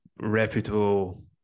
reputable